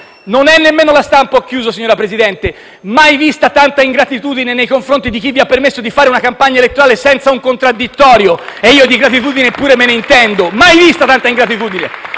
non è nemmeno la stampa: mai vista tanta ingratitudine nei confronti di chi vi ha permesso di fare una campagna elettorale senza un contraddittorio (e io di gratitudine pure mi intendo). Mai vista tanta ingratitudine.